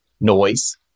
noise